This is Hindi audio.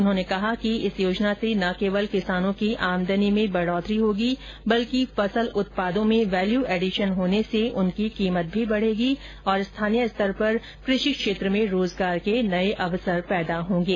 उन्होंने कहा कि इस योजना से न केवल किसानों की आमदनी में वृद्धि होगी बल्कि फसल उत्पादों में वैल्यू एडिशन होने से उनकी कीमत भी बढ़ेगी और स्थानीय स्तर पर कृषि क्षेत्र में रोजगार के नए अवसर पैदा होंगे